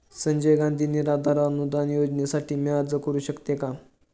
संजय गांधी निराधार अनुदान योजनेसाठी मी अर्ज करू शकते का?